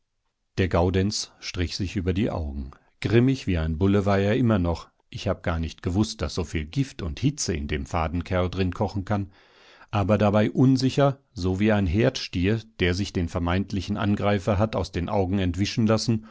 der gaudenz strich sich über die augen grimmig wie ein bulle war er immer noch ich hab gar nicht gewußt daß so viel gift und hitze in dem faden kerl drin kochen kann aber dabei unsicher so wie ein herdstier der sich den vermeintlichen angreifer hat aus den augen entwischen lassen